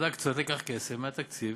אז רק צריך לקחת כסף מהתקציב